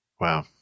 Wow